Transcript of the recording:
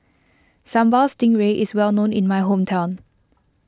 Sambal Stingray is well known in my hometown